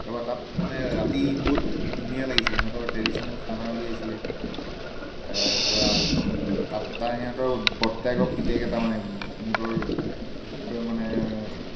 তাপা তাত ৰাতি মানে বহুত ধুনীয়া লাগিছিলে সিহঁতৰ ট্ৰেডিশ্যনেল খানা উলিয়াইছিলে তাৰ পৰা তাত তা সিহঁতৰ বৰ্তাকৰ পুতেক এটা মানে সিহঁতৰ মানে